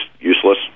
useless